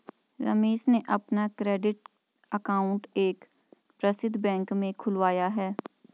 रमेश ने अपना current account एक प्रसिद्ध बैंक में खुलवाया है